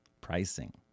pricing